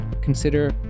consider